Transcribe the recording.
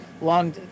long